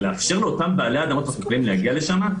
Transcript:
ולאפשר לאותם בעלי אדמות להגיע לשמה,